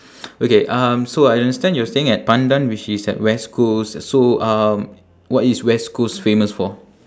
okay um so I understand you're staying at pandan which is at west coast so um what is west coast famous for